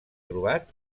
trobat